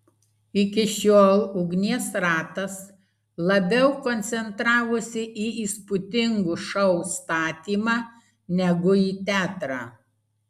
iki šiol ugnies ratas labiau koncentravosi į įspūdingų šou statymą negu į teatrą